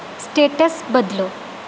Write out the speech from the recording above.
status बदलो